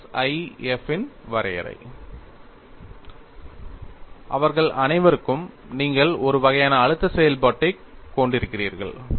definition of SIF அவர்கள் அனைவருக்கும் நீங்கள் ஒரு வகையான அழுத்த செயல்பாட்டைக் கொண்டிருப்பீர்கள்